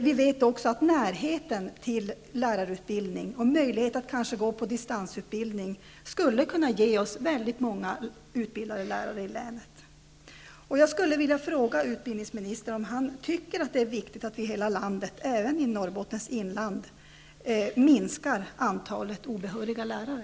Vi vet också att närheten till lärarutbildningen och möjligheten att gå på distansutbildning skulle kunna ge oss många utbildade lärare i länet. Jag skulle vilja fråga utbildningsministern om han tycker att det är viktigt att vi i hela landet, även i Norrbottens inland, kan minska antalet obehöriga lärare.